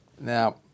Now